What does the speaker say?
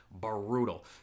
brutal